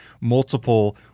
multiple-